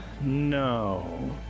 no